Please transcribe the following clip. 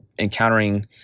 encountering